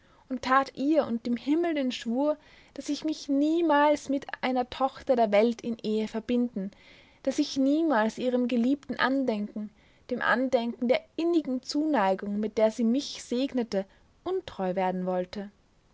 und tat ihr und dem himmel den schwur daß ich mich niemals mit einer tochter der welt in ehe verbinden daß ich niemals ihrem geliebten andenken dem andenken der innigen zuneigung mit der sie mich segnete untreu werden wollte